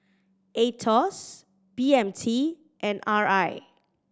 Aetos B M T and R I